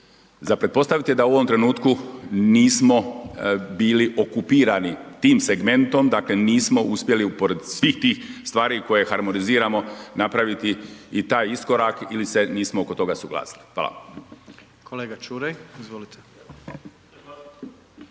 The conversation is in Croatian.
Za pretpostaviti je da u ovom trenutku nismo bili okupirani tim segmentom, dakle nismo uspjeli pored svih tih stvari koje harmoniziramo, napraviti i taj iskorak ili se nismo oko toga suglasili. Hvala. **Jandroković, Gordan